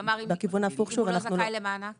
כלומר אם הוא לא זכאי למענק